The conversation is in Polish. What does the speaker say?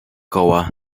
koła